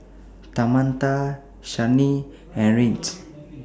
Tamatha Shyanne and Regis